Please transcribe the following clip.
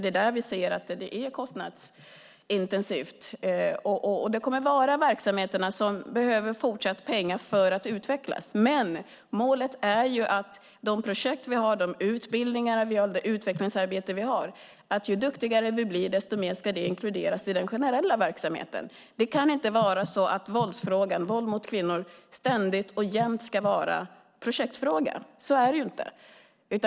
Det är ett kostnadsintensivt arbete, och verksamheterna behöver fortsatt pengar för att utvecklas. Målet för de projekt och de utbildningar vi har, för det utvecklingsarbetet, är att ju duktigare vi blir desto mer ska det inkluderas i den generella verksamheten. Det kan inte vara så att våldsfrågan, våld mot kvinnor, jämt och ständigt ska vara en projektfråga.